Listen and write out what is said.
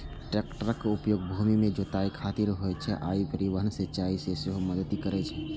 टैक्टरक उपयोग भूमि के जुताइ खातिर होइ छै आ ई परिवहन, सिंचाइ मे सेहो मदति करै छै